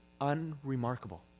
unremarkable